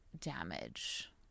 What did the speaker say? damage